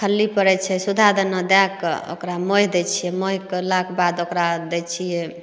खल्ली पड़ैत छै सुधा दाना दए कऽ ओकरा महि दै छियै महि कयलाके बाद ओकरा दै छियै